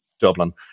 Dublin